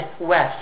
west